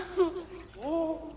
who's who.